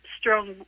strong